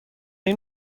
این